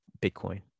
Bitcoin